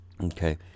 Okay